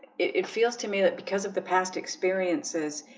it feels to me that because of the past experiences.